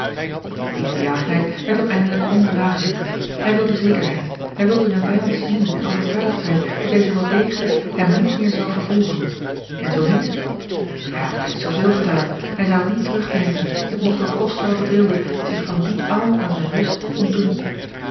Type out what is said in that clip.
die gejaagdheid werd hem eindelijk ondragetijk hij wilde zekerheid hij wilde zijn vijand zien en overtuigd zijn dat deze wel degelijk hem niet meer zou vervolgen en zoo niet hij had reeds zooveel gedaan hij zou niet terug deinzen het mogt ook kosten wat het wilde zich van dien angel aan zijne rust ontdoen